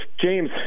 James